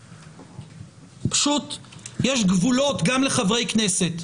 יש גבולות גם לחברי כנסת.